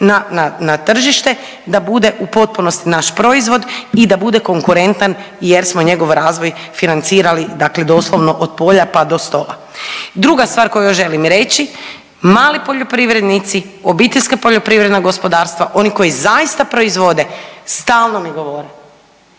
na tržište da bude u potpunosti naš proizvod i da bude konkurentan jer smo njegov razvoj financirali dakle doslovno od polja pa do stola. Druga stvar koju još želim reći, mali poljoprivrednici, OPG-ovi oni koji zaista proizvode stalno mi govore,